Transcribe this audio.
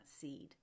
seed